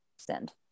send